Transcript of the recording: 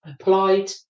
applied